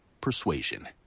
Persuasion